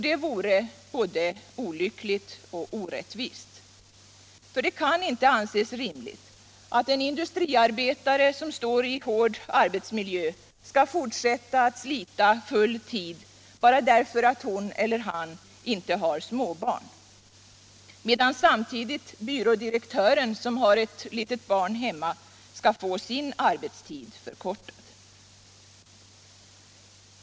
Det vore både olyckligt och orättvist, för det kan inte anses rimligt att en industriarbetare som går i en hård arbetsmiljö skall fortsätta att slita full tid, bara därför att hon eller han inte har småbarn, medan samtidigt byrådirektören som har ett litet barn däremot skall få sin arbetstid förkortad.